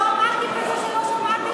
לא עמדתי בזה שלא שמעתי אותך.